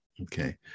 Okay